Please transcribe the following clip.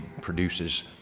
produces